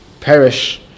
perish